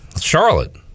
Charlotte